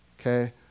okay